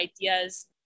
ideas